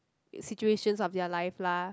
situations of their life lah